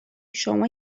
شما